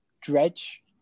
dredge